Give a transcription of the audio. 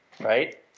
right